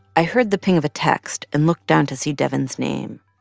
i heard the ping of a text and looked down to see devyn's name.